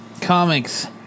Comics